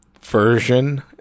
version